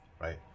right